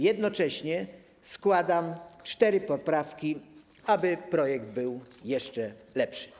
Jednocześnie składam cztery poprawki, aby projekt był jeszcze lepszy.